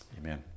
Amen